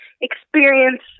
experience